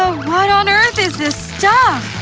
ah what on earth is this stuff?